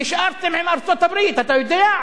נשארתם עם ארצות-הברית, אתה יודע?